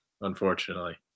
unfortunately